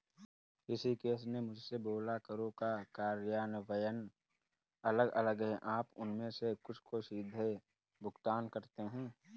ऋषिकेश ने मुझसे बोला करों का कार्यान्वयन अलग अलग है आप उनमें से कुछ को सीधे भुगतान करते हैं